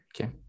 Okay